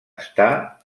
està